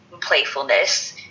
playfulness